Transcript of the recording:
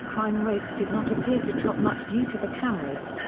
crime rates did not appear to drop much due to the cameras.